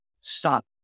Stop